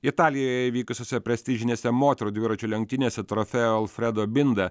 italijoje vykusiose prestižinėse moterų dviračių lenktynėse trofeo alfredo binda